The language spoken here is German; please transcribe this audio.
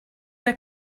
der